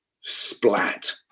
splat